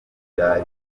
byari